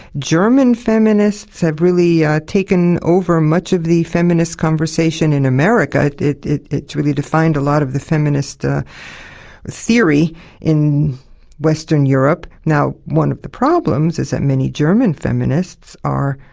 german feminists have really taken over much of the feminist conversation in america, it's really defined a lot of the feminist ah theory in western europe. now, one of the problems is that many german feminists are.